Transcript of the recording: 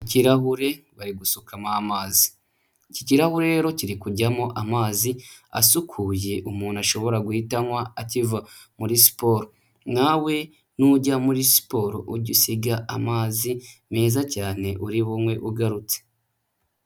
Ikirahure bari gusukamo amazi, iki kirahure rero kiri kujyamo amazi asukuye umuntu ashobora guhita anywa akiva muri siporo, nawe nujya muri siporo ujye usiga amazi meza cyane uri buywe ugarutse.